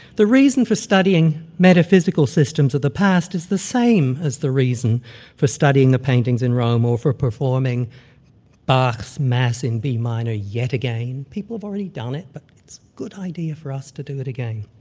the reason for studying metaphysical systems of the past is the same as the reason for studying the paintings in rome or for performing bach's mass in b minor yet again, people have already done it, but it's a good idea for us to do it again.